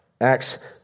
Acts